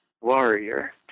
warrior